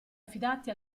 affidati